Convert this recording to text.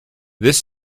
this